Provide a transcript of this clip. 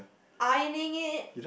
ironing it